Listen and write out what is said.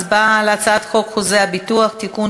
הצבעה על הצעת חוק חוזה הביטוח (תיקון,